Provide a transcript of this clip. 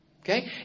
Okay